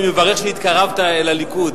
אני מברך על שנתקרבת אל הליכוד,